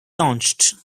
launched